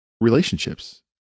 relationships